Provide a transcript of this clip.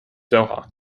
doha